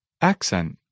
Accent